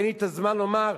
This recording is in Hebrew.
אין לי זמן לומר,